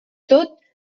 tot